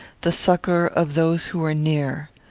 the succour of those who were near.